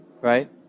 right